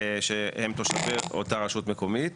שהם תושבי אותה רשות מקומית.